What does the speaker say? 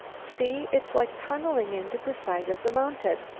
see! it's like tunneling into the side of the mountain.